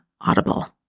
Audible